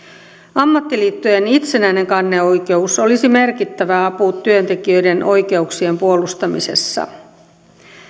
ammattiliittojen itsenäinen kanneoikeus olisi merkittävä apu työntekijöiden oikeuksien puolustamisessa